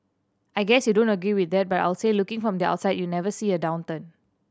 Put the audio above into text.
I guess you don't agree with that but I'll say looking from the outside you never see a downturn